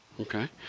Okay